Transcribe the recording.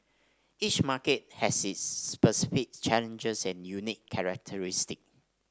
each market has its specific challenges and unique characteristic